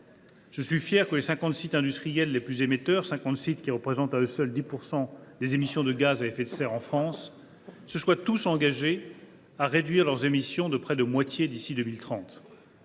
Je suis fier que les cinquante sites industriels les plus émetteurs, qui représentent à eux seuls 10 % des émissions de gaz à effet de serre en France, se soient tous engagés à réduire leurs émissions de près de la moitié d’ici à 2030.